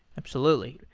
absolutely.